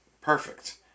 Perfect